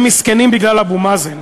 הם מסכנים בגלל אבו מאזן.